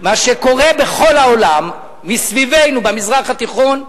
מה שקורה בכל העולם, מסביבנו במזרח התיכון,